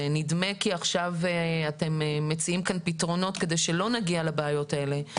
ונדמה שעכשיו אתם מציעים כאן פתרונות כדי שלא נגיע לבעיות האלה,